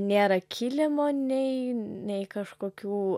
nėra kilimo nei nei kažkokių